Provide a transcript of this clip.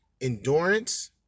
endurance